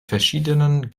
verschiedenen